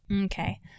Okay